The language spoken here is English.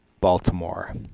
Baltimore